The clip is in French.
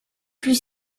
plus